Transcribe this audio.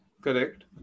Correct